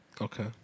Okay